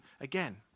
again